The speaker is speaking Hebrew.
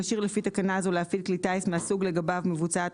הכשיר לפי תקנה זו להפעיל כלי טיס מהסוג לגביו מבוצעת